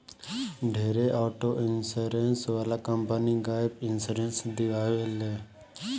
ढेरे auto insurance वाला company gap insurance दियावे ले